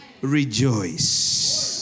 Rejoice